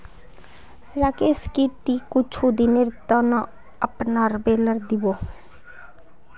राकेश की ती कुछू दिनेर त न अपनार बेलर दी बो